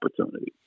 opportunity